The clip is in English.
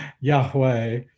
Yahweh